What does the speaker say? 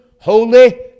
holy